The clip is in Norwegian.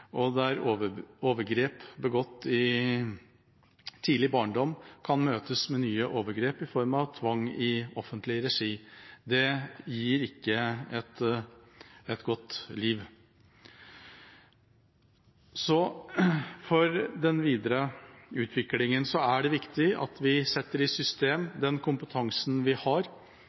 og der overgrep begått i tidlig barndom kan møtes med nye overgrep i form av tvang i offentlig regi. Det gir ikke et godt liv. For den videre utviklingen er det viktig at vi setter i system den kompetansen vi har,